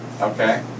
okay